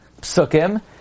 psukim